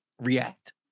react